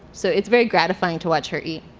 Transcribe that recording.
so it's very gratifying to watch her eat.